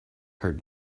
heard